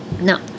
No